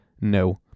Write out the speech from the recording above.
no